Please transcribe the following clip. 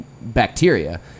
bacteria